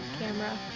camera